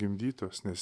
gimdytos nes